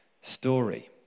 story